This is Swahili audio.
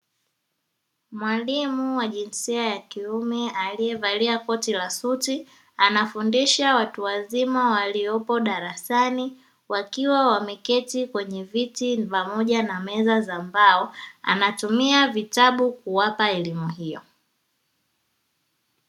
Mwalimu wa jinsia ya kiume aliyevalia koti la suti anafundisha watu wazima waliopo darasani, wakiwa wameketi kwenye viti pamoja na meza za mbao, anatumia vitabu kuwapa elimu hiyo.